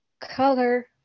color